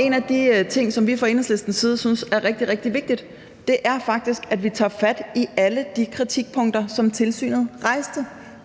en af de ting, som vi fra Enhedslistens side synes er rigtig, rigtig vigtige, er faktisk, at vi tager fat i alle de kritikpunkter, som tilsynet rejste,